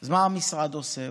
אז מה המשרד עושה?